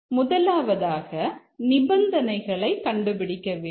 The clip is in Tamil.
முதலாவதாக நிபந்தனைகளை கண்டுபிடிக்க வேண்டும்